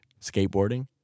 skateboarding